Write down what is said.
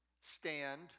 stand